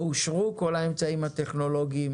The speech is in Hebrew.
לא אושרו כל האמצעים הטכנולוגיים